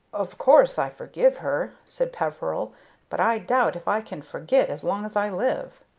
of course i forgive her, said peveril but i doubt if i can forget as long as i live.